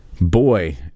Boy